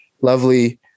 lovely